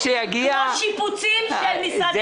כמו שיפוצים של משרדי מס הכנסה.